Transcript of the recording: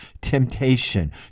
temptation